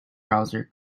browser